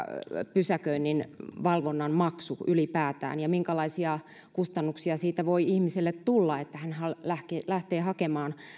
pysäköinninvalvonnan maksu ylipäätään ja minkälaisia kustannuksia siitä voi ihmiselle tulla että hän lähtee hakemaan